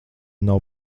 nav